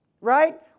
right